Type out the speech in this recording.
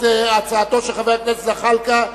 את הצעתו של חבר הכנסת זחאלקה,